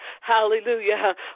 Hallelujah